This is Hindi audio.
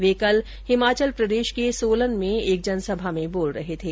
वे कल हिमाचल प्रदेश के सोलन में एक जनसभा में बोल रहे थे